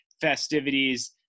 festivities